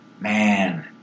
man